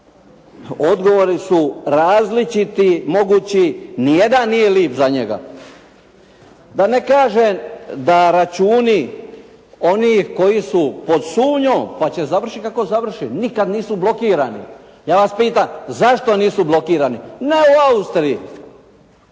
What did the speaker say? odgovorni su različiti mogući, niti jedan nije lijep za njega. Da ne kažem da računi onih koji su pod sumnjom pa će završiti kako završi, nikada nisu blokirani, ja vas pitam zašto nisu blokirani, ne u Austriji,